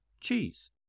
cheese